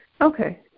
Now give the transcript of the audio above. Okay